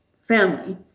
family